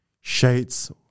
Shades